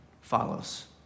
follows